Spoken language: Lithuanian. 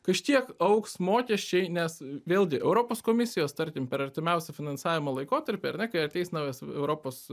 kažkiek augs mokesčiai nes vėlgi europos komisijos tarkim per artimiausią finansavimo laikotarpį ar ne kai ateis naujas europos